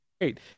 great